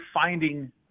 finding